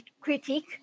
critique